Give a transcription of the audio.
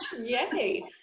Yay